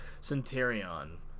Centurion